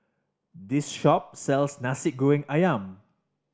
this shop sells Nasi Goreng Ayam